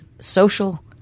social